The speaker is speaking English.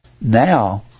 Now